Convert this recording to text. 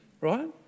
right